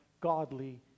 godly